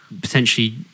potentially